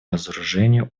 разоружению